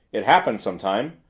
it happen sometime.